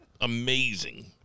amazing